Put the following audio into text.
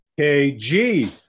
KG